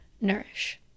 nourish